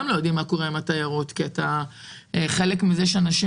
לא יודעים מה קורה עם התיירות כי חלק מזה שאנשים